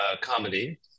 comedy